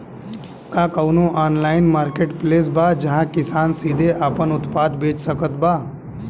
का कउनों online marketplace बा जहां किसान सीधे आपन उत्पाद बेच सकत बा?